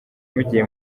mugiye